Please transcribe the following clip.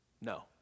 No